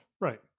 Right